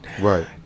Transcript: Right